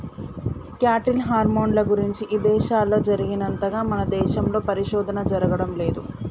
cattle హార్మోన్ల గురించి ఇదేశాల్లో జరిగినంతగా మన దేశంలో పరిశోధన జరగడం లేదు